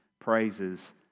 praises